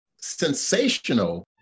sensational